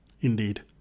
indeed